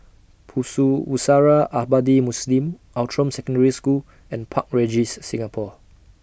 Pusara Abadi Muslim Outram Secondary School and Park Regis Singapore